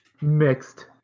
Mixed